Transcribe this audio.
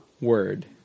word